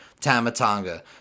Tamatanga